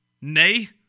nay